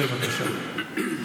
בבקשה.